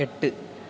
எட்டு